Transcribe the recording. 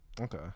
Okay